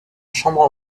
chambre